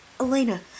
Elena